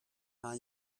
time